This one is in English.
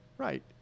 Right